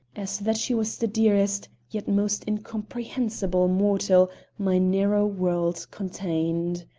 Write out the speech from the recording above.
as that she was the dearest, yet most incomprehensible, mortal my narrow world contained.